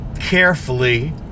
carefully